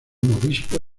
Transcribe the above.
obispo